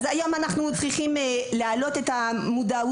אז אנחנו צריכים להעלות את המודעות הזאת.